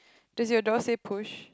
does your door says push